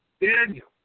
Daniel